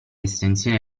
estensioni